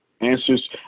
Answers